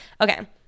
okay